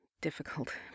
difficult